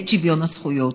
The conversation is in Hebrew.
את שוויון הזכויות.